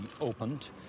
opened